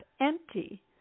empty